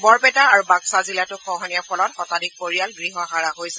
বৰপেটা আৰু বাক্সা জিলাতো খহনীয়াৰ ফলত শতাধিক পৰিয়াল গহহাৰা হৈছে